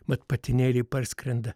mat patinėliai parskrenda